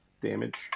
damage